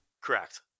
Correct